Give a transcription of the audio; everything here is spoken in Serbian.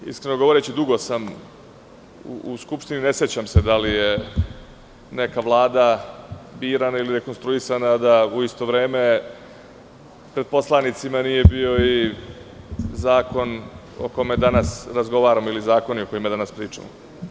Iskreno govoreći dugo sam u Skupštini i ne sećam se da li je neka Vlada birana ili rekonstruisana, a da u isto vreme pred poslanicima nije bio i zakon o kome danas razgovaramo ili o zakonima o kojima danas pričamo.